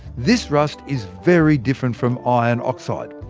this rust is very different from iron oxide.